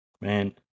Man